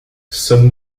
sommes